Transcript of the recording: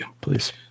Please